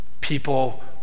people